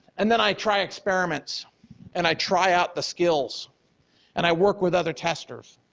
and then i try experiments and i try out the skills and i work with other testers,